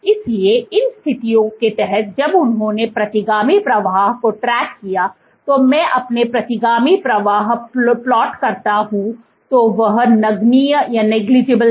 इसलिए इन स्थितियों के तहत जब उन्होंने प्रतिगामी प्रवाह को ट्रैक किया तो मैं अपने प्रतिगामी प्रवाह प्लॉट करता हूं तो वह नगण्य negligible था